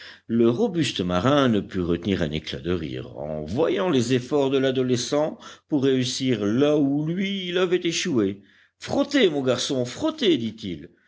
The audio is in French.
le robuste marin ne put retenir un éclat de rire en voyant les efforts de l'adolescent pour réussir là où lui il avait échoué frottez mon garçon frottez dit-il